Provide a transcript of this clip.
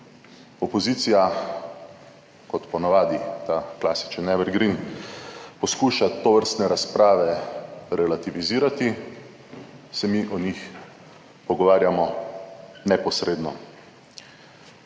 opozicija, kot po navadi ta klasičen evergreen, poskuša tovrstne razprave relativizirati, se mi o njih pogovarjamo neposredno.